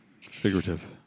figurative